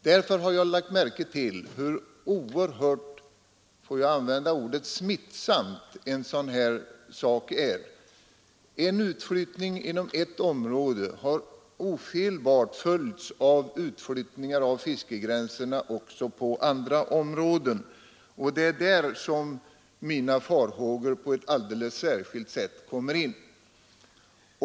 Jag har lagt märke till hur oerhört ”smittosam” en sådan här sak är. En utflyttning av fiskegränserna inom ett område har ofelbart följts av utflyttningar också inom andra områden. Det är på den punkten som mina farhågor på ett alldeles särskilt sätt kommer in.